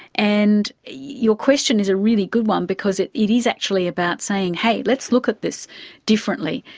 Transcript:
and your question is a really good one because it it is actually about saying hey, let's look at this differently.